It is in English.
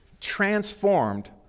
transformed